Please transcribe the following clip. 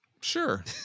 Sure